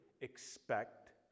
expect